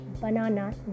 banana